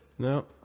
No